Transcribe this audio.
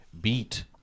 beat